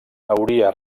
hauria